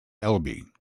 elbe